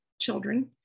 children